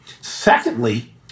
Secondly